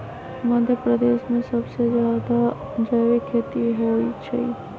मध्यप्रदेश में सबसे जादा जैविक खेती होई छई